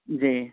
جی